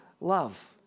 love